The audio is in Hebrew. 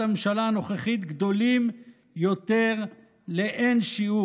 הממשלה הנוכחית גדולים יותר לאין-שיעור.